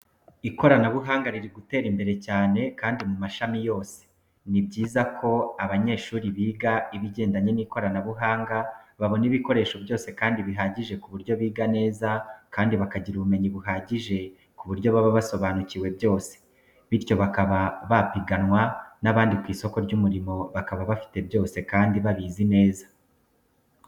Ikoranabuhanga riri gutera imbere cyane kandi mu mashami yose. Ni byiza ko abanyeshuri biga ibigendanye n'ikoranabuhanga babona ibikoresho byose kandi bihagije ku buryo biga neza kandi bakagira ubumenyi buhagije ku buryo baba basobanukiwe byose, bityo bakaba bapiganwa n'abandi ku isoko ry'umurimo bakaba bafite byose kandi babizi neza.